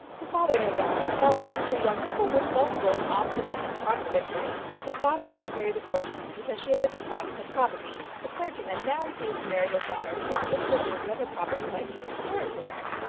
the father no doubt felt that the two young people were self-willed, obstinate, and contradictory. his daughter wouldn't marry the clergyman because she had been deprived of her property. the clergyman now refused to marry his daughter because it was presumed that her property might be restored to her.